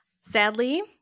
Sadly